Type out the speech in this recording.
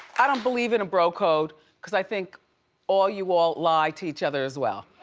i don't believe in a bro code cause i think all you all lie to each other as well.